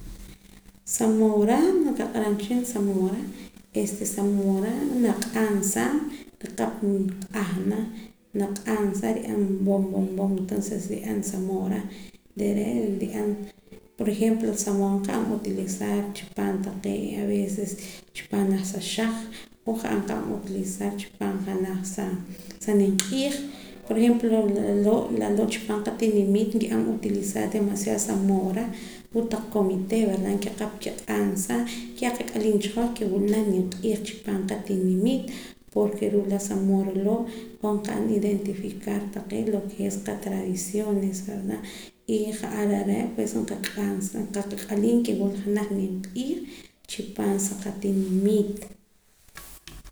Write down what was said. Sa moora naak aqa'ram cha wehchin este sa moora sa moora naq'ahsaam nriqap nq'ahna naq'ansaam pa nri'an bom bom bom entonces nri'an sa moora re' re' nri'an por ejemplo sa moora nqa'an utilizar chi paam aveces chi paam janaj sa xaj o ja'ar nqa'an utilizar chi paam sa nim q'iij por ejemplo loo' laloo' chi paam qatinimiit nki'an utilizar demasiado sa moora ruu' taq comite verda nkiqap nkiq'ansaa ya qat'aliim cha hoj ke wula naj nimq'iij chi paam qatinimiit porke ruu' laa sa moora loo' hoj nqa'an identificar taqee' lo ke es qatradiciones verda y ja'ar arre' pues qat'aliim ke wula janaj nimq'iij chi paam sa qatimiiit